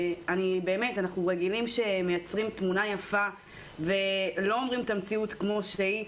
אנחנו רגילים שמייצרים תמונה יפה ולא אומרים את המציאות כמו שהיא.